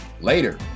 Later